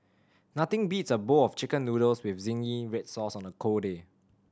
nothing beats a bowl of Chicken Noodles with zingy red sauce on a cold day